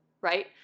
right